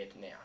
now